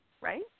right